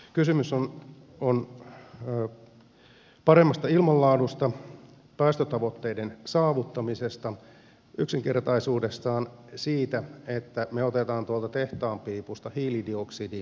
kysymys on paremmasta ilmanlaadusta päästötavoitteiden saavuttamisesta yksinkertaisuudessaan siitä että me otamme tuolta tehtaanpiipusta hiilidioksidin talteen